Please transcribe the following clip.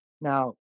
Now